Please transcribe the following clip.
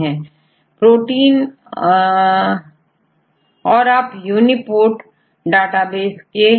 इनके पास और भी संबंधित जानकारी जैसे क्रोमोसोम और दूसरे Polymorphismतथा म्यूटेशन आदि के बारे में पता चल सकता है